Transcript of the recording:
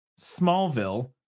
Smallville